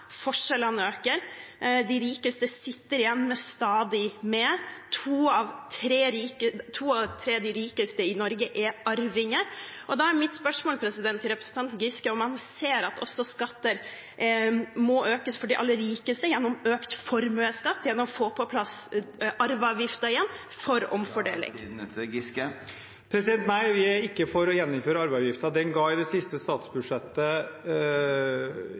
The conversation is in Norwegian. forskjellene øker, de rikeste sitter igjen med stadig mer, og to av tre av de rikeste i Norge er arvinger. Da er mitt spørsmål til representanten Giske om han ser at skatter også må økes for de aller rikeste gjennom økt formuesskatt og gjennom å få på plass arveavgiften igjen – for omfordeling. Nei, vi er ikke for å gjeninnføre arveavgiften. Den ga i det siste statsbudsjettet